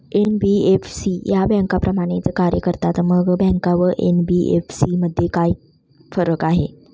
NBFC या बँकांप्रमाणेच कार्य करतात, मग बँका व एन.बी.एफ.सी मध्ये काय फरक आहे?